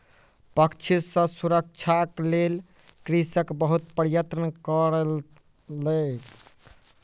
पक्षी सॅ सुरक्षाक लेल कृषक बहुत प्रयत्न कयलक